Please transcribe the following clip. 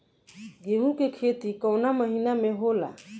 गेहूँ के खेती कवना महीना में होला?